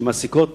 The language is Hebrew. שמעסיקות